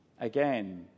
Again